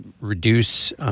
reduce –